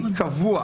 קבוע,